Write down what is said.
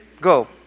Go